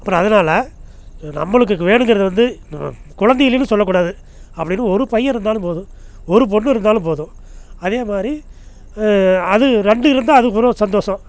அப்புறம் அதனால நம்மளுக்கு வேணுங்கிறது வந்து குலந்தை இல்லையின்னு சொல்லக்கூடாது அப்படின்னு ஒரு பையன் இருந்தாலும் போதும் ஒரு பொண்ணு இருந்தாலும் போதும் அதே மாதிரி அது ரெண்டு இருந்தால் அதுக்கு பெரும் சந்தோஷம்